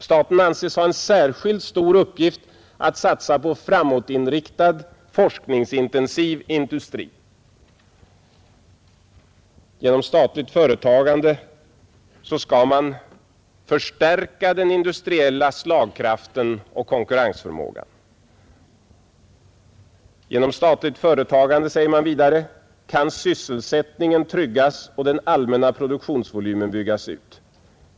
Staten anses ha en särskilt stor uppgift i att satsa på framtidsinriktad, forskningsintensiv industri. Genom statligt företagande skall man förstärka den industriella slagkraften och konkurrensförmågan. Genom statligt företagande, säger man vidare, kan sysselsättningen tryggas och den allmänna produktionsvolymen byggas ut.